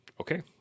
okay